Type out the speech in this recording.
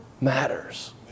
matters